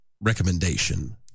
recommendation